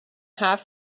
half